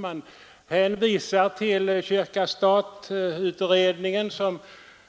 Man hänvisar till stat—kyrka-beredningen, som